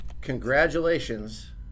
congratulations